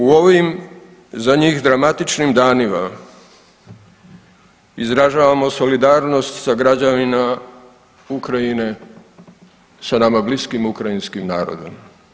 U ovim za njih dramatičnim danima izražavamo solidarnost sa građanima Ukrajine, sa nama bliskim ukrajinskim narodom.